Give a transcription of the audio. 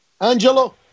Angelo